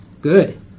Good